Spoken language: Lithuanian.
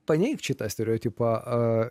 paneigti šitą stereotipą